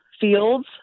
fields